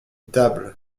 table